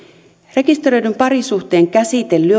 rekisteröidyn parisuhteen käsite